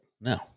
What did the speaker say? No